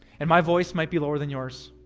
and my voice might be lower than yours,